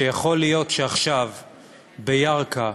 שיכול להיות שעכשיו בירכא,